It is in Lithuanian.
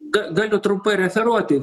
ga galiu trumpai referuoti